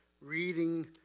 reading